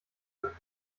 könnte